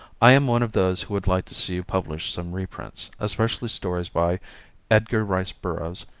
i am one of those who would like to see you publish some reprints, especially stories by edgar rice burroughs,